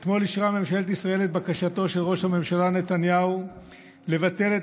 אתמול אישרה ממשלת ישראל את בקשתו של ראש הממשלה נתניהו לבטל את